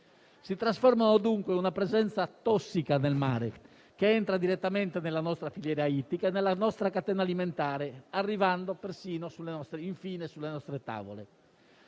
Si trasformano, dunque, in una presenza tossica nel mare, che entra direttamente nella nostra filiera ittica e nella nostra catena alimentare, arrivando infine sulle nostre tavole.